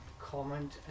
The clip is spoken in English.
comment